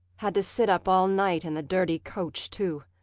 had to sit up all night in the dirty coach, too.